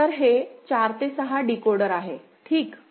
तर हे 4 ते 16 डिकोडर आहेठीक